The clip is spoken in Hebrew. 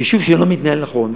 כשיישוב לא מתנהל נכון,